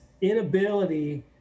inability